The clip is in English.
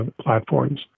platforms